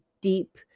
deep